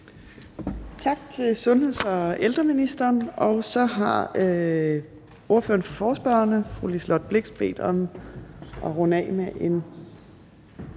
Tak til sundheds- og ældreministeren. Så har ordføreren for forespørgerne fru Liselott Blixt bedt om at kunne runde